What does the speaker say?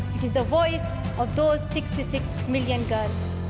it is the voice of those sixty six million girls.